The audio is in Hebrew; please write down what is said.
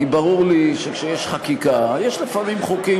ברור לי שכשיש חקיקה עולים לפעמים חוקים